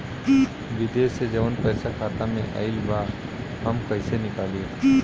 विदेश से जवन पैसा खाता में आईल बा हम कईसे निकाली?